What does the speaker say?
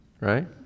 right